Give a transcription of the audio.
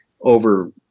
over